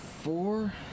Four